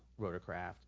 rotorcraft